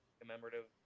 commemorative